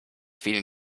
vielen